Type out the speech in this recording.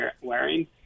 wearing